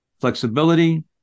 flexibility